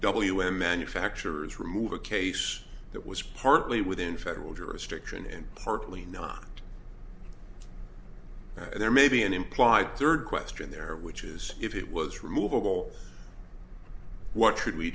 n manufacturers remove a case that was partly within federal jurisdiction and partly not there may be an implied third question there which is if it was removable what should we